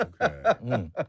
Okay